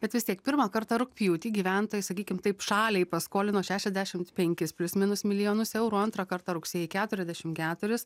bet vis tiek pirmą kartą rugpjūtį gyventojai sakykim taip šaliai paskolino šešiasdešimt penkis plius minus milijonus eurų antrą kartą rugsėjį keturiasdešimt keturis